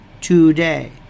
today